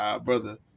Brother